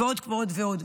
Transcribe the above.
ועוד ועוד ועוד.